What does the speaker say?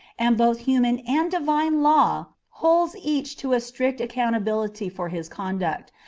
and both human and divine law holds each to a strict accountability for his conduct,